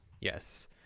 Yes